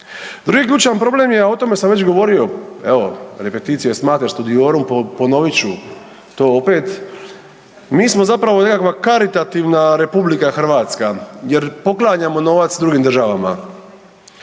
Drugi ključan problem je, a o tome sam već govorio, evo „repetitio est mater studiorum“, ponovit ću to opet. Mi smo zapravo nekakva karitativna RH jer poklanjamo novac drugim državama.